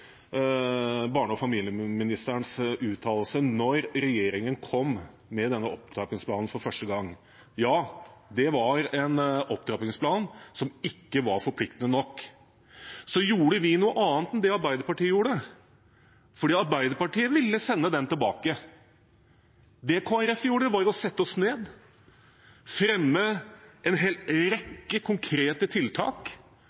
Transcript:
barne- og familieministerens uttalelse da regjeringen kom med denne opptrappingsplanen for første gang. Ja, det var en opptrappingsplan som ikke var forpliktende nok. Så gjorde vi noe annet enn det Arbeiderpartiet gjorde, for Arbeiderpartiet ville sende den tilbake. Det vi i Kristelig Folkeparti gjorde, var å sette oss ned og fremme en hel